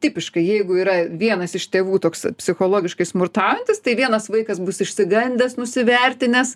tipiškai jeigu yra vienas iš tėvų toks psichologiškai smurtaujantis tai vienas vaikas bus išsigandęs nusivertinęs